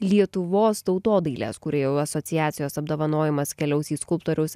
lietuvos tautodailės kūrėjų asociacijos apdovanojimas keliaus į skulptoriaus